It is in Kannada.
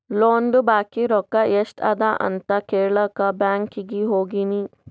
ಲೋನ್ದು ಬಾಕಿ ರೊಕ್ಕಾ ಎಸ್ಟ್ ಅದ ಅಂತ ಕೆಳಾಕ್ ಬ್ಯಾಂಕೀಗಿ ಹೋಗಿನಿ